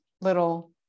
little